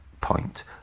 point